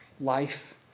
life